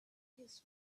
his